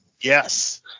Yes